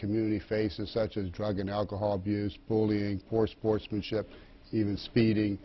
community faces such as drug and alcohol abuse bullying for sportsmanship even speeding